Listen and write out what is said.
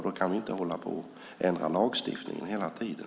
Då kan vi inte hålla på och ändra lagstiftningen hela tiden.